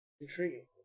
Intriguing